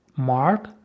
Mark